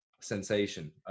sensation